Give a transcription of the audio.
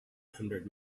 hundred